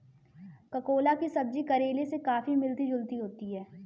ककोला की सब्जी करेले से काफी मिलती जुलती होती है